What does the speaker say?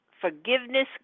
forgiveness